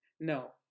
No